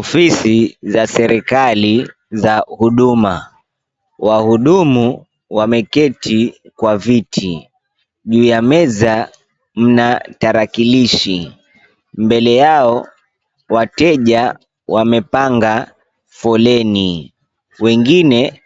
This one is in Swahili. Ofisi za serikali za Huduma. Wahudumu wameketi kwa viti. Juu ya meza, mna tarakilishi. Mbele yao, wateja wamepanga foleni. Wengine,